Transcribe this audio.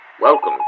welcome